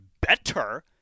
better